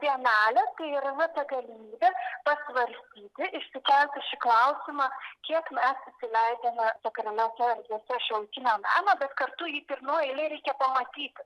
bienalę tai yra na ta galimybė pasvarstyti išsikelti šį klausimą kiek mes įsileidžiame sakraliose erdvėse šiuolaikinio meną bet kartu jį pirmoj eilėj reikia pamatyti